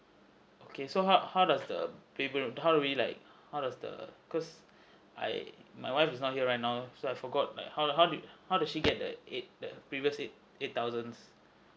okay so how how does the payment how do we like how does the cause I my wife is not here right now so I forgot like how how do how does she get the eight that previous eight eight thousands